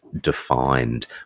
defined